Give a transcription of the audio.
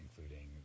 including